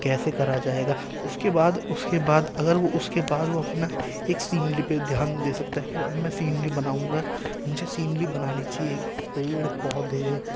کیسے کرا جائے گا اس کے بعد اس کے بعد اگر وہ اس کے بعد وہ اپنا ایک سینری پہ دھیان دے سکتا ہے کہ اب میں سینری بناؤں گا مجھے سینری بنانی چاہیے پیڑ پودے